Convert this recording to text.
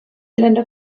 länder